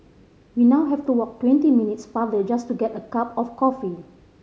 we now have to walk twenty minutes farther just to get a cup of coffee